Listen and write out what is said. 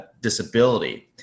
disability